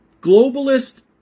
globalist